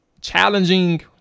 challenging